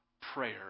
Prayer